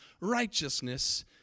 righteousness